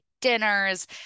dinners